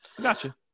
Gotcha